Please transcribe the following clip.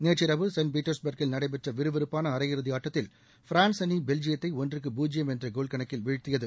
நேற்றிரவு செயின்ட் பீட்டர்ஸ்பர்க்கில் நடைபெற்ற விறுவிறுப்பான அரையிறதி ஆட்டத்தில் பிரான்ஸ் அணி பெல்ஜியத்தை ஒன்றுக்கு பூஜ்யம் என்ற கோல் கணக்கில் வீழ்த்தியது